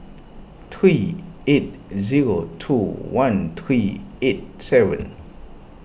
three eight zero two one three eight seven